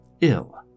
ill